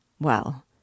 Well